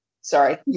Sorry